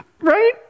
right